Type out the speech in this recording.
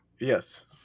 Yes